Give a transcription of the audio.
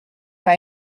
pas